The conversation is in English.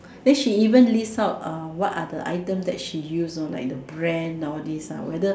then she even list out uh what are the items that she use uh like the brand all these uh whether